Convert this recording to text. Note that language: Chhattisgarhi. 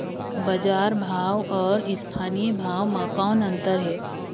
बजार भाव अउ स्थानीय भाव म कौन अन्तर हे?